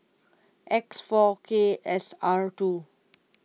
X four K S R two